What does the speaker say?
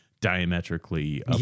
diametrically